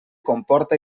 comporta